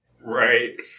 Right